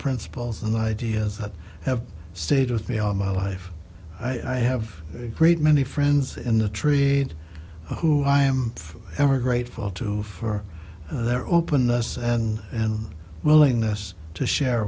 principles and ideas that have stayed with me all my life i have a great many friends in the trade who i am forever grateful to for their openness and and willingness to share